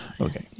Okay